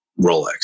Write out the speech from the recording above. Rolex